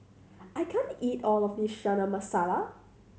I can't eat all of this Chana Masala